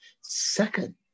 Second